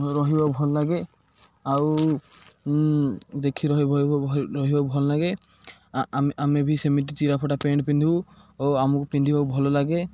ରହିବାକୁ ଭଲ ଲାଗେ ଆଉ ଦେଖି ରହି ରହିବାକୁ ଭଲ ଲାଗେ ଆ ଆମ ଆମେ ବି ସେମିତି ଚିରା ଫଟା ପେଣ୍ଟ ପିନ୍ଧିବୁ ଓ ଆମକୁ ପିନ୍ଧିବାକୁ ଭଲ ଲାଗେ